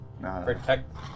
Protect